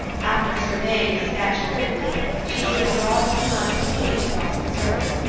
after surveying the sketch critically she drew a broad smudge of paint across its surface,